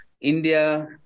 India